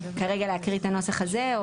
אז כרגע להקריא את הנוסח הזה?